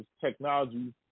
technology